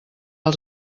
els